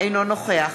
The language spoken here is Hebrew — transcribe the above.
אינו נוכח